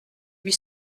huit